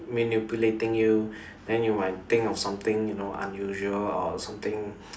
manipulating you then you might think of something you know unusual or something